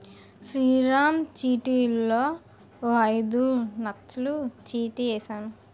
శ్రీరామ్ చిట్లో ఓ ఐదు నచ్చలు చిట్ ఏసాను